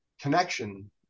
connection